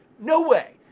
no way.